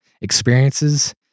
experiences